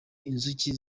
inzuki